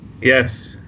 yes